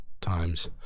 times